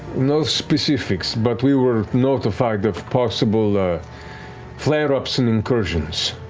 no specifics, but we were notified of possible flare-ups and incursions.